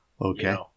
Okay